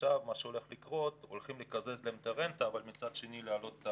עכשיו הולכים לקזז להם את הרנטה אבל מצד שני להעלות את